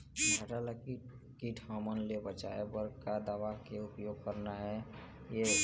भांटा ला कीट हमन ले बचाए बर का दवा के उपयोग करना ये?